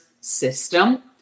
system